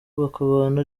bakabana